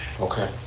Okay